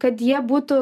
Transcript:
kad jie būtų